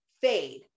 fade